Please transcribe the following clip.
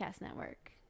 network